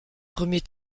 premier